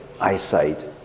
eyesight